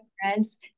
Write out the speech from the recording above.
friends